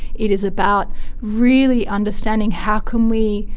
it is about really understanding how can we,